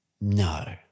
No